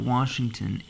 Washington